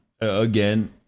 again